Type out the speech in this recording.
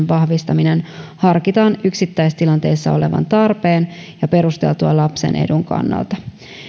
vahvistamisen harkitaan yksittäistilanteessa olevan tarpeen ja perusteltua lapsen edun kannalta